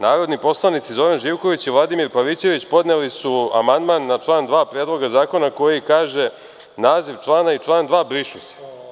Narodni poslanici Zoran Živković i Vladimir Pavićević podneli su amandman na član 2. Predloga zakona, koji kaže – naziv člana i član 2. brišu se.